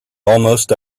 almost